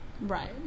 Right